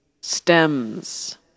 Stems